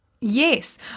Yes